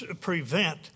prevent